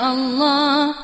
Allah